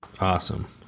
Awesome